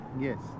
Yes